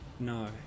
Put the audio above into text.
No